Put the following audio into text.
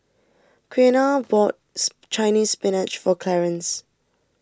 Quiana bought Chinese Spinach for Clarance